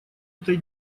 этой